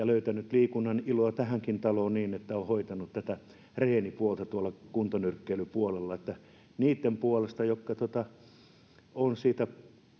löytänyt liikunnan iloa tähänkin taloon niin että on hoitanut tätä treenipuolta kuntonyrkkeilypuolella eli niitten puolesta jotka ovat siitä